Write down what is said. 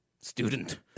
student